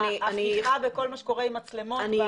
הפיכה בכל מה שקורה עם מצלמות.